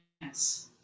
Yes